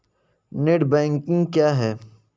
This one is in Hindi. नेट बैंकिंग क्या है?